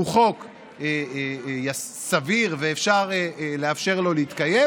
הוא חוק סביר ואפשר לאפשר לו להתקיים.